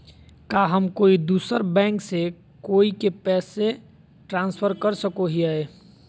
का हम कोई दूसर बैंक से कोई के पैसे ट्रांसफर कर सको हियै?